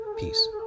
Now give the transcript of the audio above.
Peace